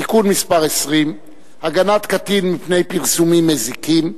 (תיקון מס' 20) (הגנת קטין מפני פרסומים מזיקים),